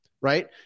right